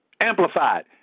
Amplified